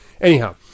Anyhow